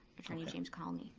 attorney james cahlmy,